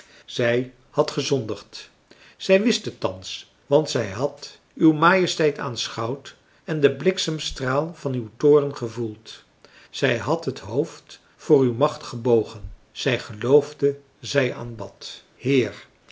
zij had gezondigd zij wist het thans want zij had uw majesteit aanschouwd en den bliksemstraal van uw toorn gevoeld zij had het hoofd voor uw macht gebogen zij geloofde zij aanbad heer